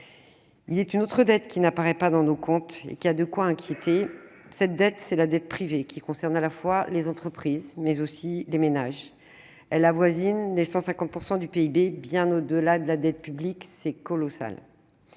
il est une autre dette qui n'apparaît pas dans nos comptes publics, et qui a de quoi nous inquiéter. C'est la dette privée, qui concerne à la fois les entreprises et les ménages. Elle avoisine les 150 % du PIB, bien au-delà de la dette publique- c'est colossal